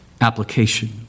application